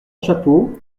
chapeau